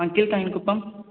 ஆ கீழ்காயின் குப்பம்